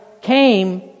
came